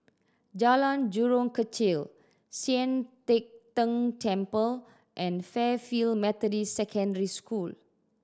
Jalan Jurong Kechil Sian Teck Tng Temple and Fairfield Methodist Secondary School